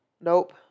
Nope